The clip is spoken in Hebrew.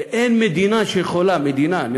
ואין מדינה נאורה,